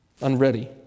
unready